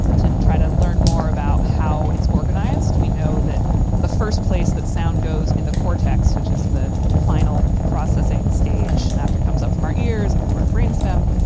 to try to learn more about how it's organized. we know that the first place that sound goes in the cortex, which is the final processing stage after it comes up from our ears and through our brainstem.